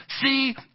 See